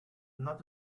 not